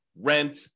rent